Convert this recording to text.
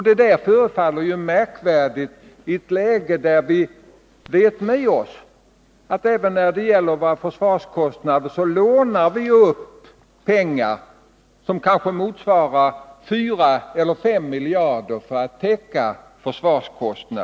Detta förefaller märkligt i ett läge när vi vet med oss att vi även för att täcka försvarskostnaderna lånar upp pengar som kanske motsvarar 4 eller 5 miljarder.